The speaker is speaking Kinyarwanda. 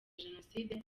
jenoside